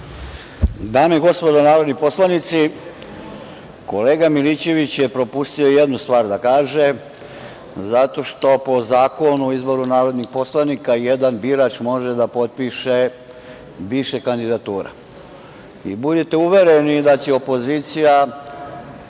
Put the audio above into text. Dame i gospodo narodni poslanici, kolega Milićević je propustio jednu stvar da kaže zato što po Zakonu o izboru narodnih poslanika jedan birač može da potpiše više kandidatura. Budite uvereni da će opozicija